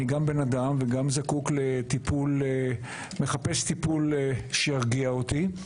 אני גם בן-אדם וגם אני מחפש טיפול שירגיע אותי.